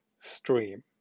stream